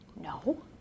No